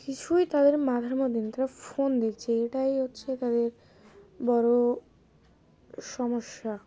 কিছুই তাদের মাথার মধ্যেই তারা ফোন দেখছে এটাই হচ্ছে তাদের বড়ো সমস্যা